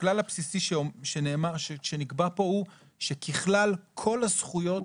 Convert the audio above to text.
הכלל הבסיסי שנאמר פה הוא שככלל כל הזכויות